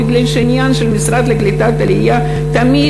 בגלל שהעניין של המשרד לקליטת העלייה תמיד